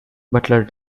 butler